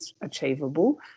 achievable